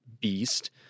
beast